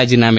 ರಾಜೀನಾಮೆ